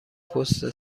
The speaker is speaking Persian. پست